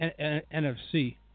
NFC